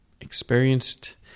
experienced